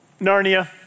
Narnia